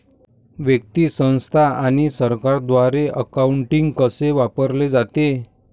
व्यक्ती, संस्था आणि सरकारद्वारे अकाउंटिंग कसे वापरले जाते